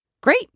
great